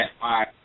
five